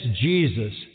Jesus